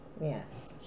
yes